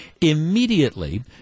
immediately